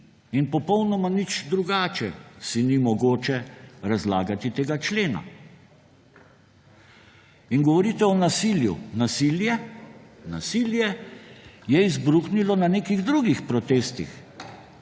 In popolnoma nič drugače si ni mogoče razlagati tega člena. Govorite o nasilju. Nasilje je izbruhnilo na nekih drugih protestih.